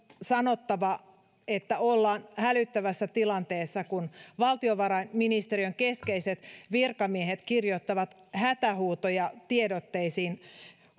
sanottava että ollaan hälyttävässä tilanteessa kun valtiovarainministeriön keskeiset virkamiehet kirjoittavat hätähuutoja tiedotteisiin